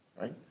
right